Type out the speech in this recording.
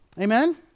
amen